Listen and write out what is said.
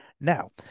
Now